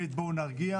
בי"ת, בואו נרגיע.